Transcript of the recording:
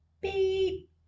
beep